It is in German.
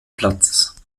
platz